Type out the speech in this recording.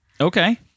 Okay